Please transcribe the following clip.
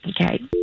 okay